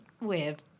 weird